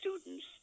students